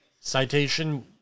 Citation